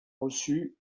reçus